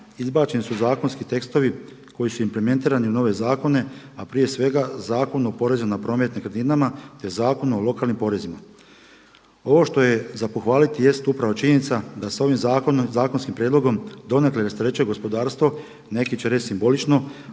izbačeni su zakonski tekstovi koji su implementirani na nove zakone, a prije svega Zakon o porezu na promet nekretninama te Zakon o lokalnim porezima. Ovo što je za pohvaliti jest upravo činjenica da s ovim zakonskim prijedlogom donekle se rasterećuje gospodarstvo, neki će reći simbolično,